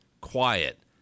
quiet